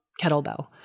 kettlebell